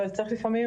אבל צריך לפעמים,